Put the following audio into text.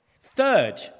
Third